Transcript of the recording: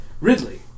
Ridley